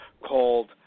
called